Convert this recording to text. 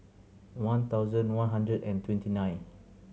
one thousand one hundred and twenty nine